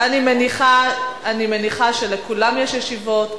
אני מניחה שלכולם יש ישיבות,